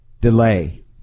delay